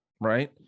right